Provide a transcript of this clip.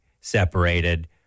separated